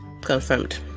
Confirmed